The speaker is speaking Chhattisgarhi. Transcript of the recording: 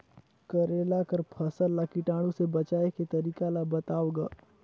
करेला कर फसल ल कीटाणु से बचाय के तरीका ला बताव ग?